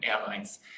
airlines